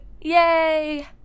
Yay